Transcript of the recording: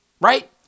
right